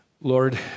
Lord